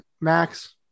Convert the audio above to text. max